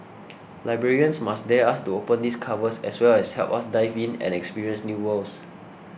librarians must dare us to open these covers as well as help us dive in and experience new worlds